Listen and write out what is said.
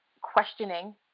questioning